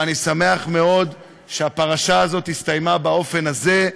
ואני שמח מאוד שהפרשה הזאת הסתיימה באופן הזה,